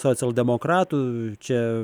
socialdemokratų čia